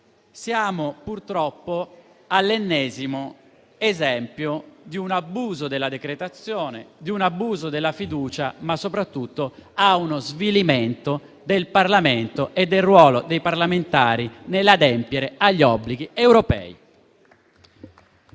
Siamo purtroppo all'ennesimo esempio di un abuso della decretazione, di un abuso della fiducia, ma soprattutto di uno svilimento del Parlamento e del ruolo dei parlamentari nell'adempiere agli obblighi europei.